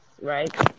right